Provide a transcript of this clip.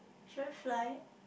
should I fly